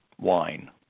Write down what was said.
wine